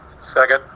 Second